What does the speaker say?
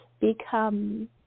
become